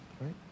right